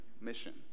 mission